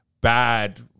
bad